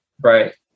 Right